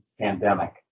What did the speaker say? pandemic